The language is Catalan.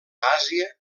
àsia